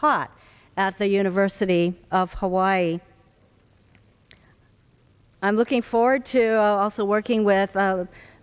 taught at the university of hawaii i'm looking forward to also working with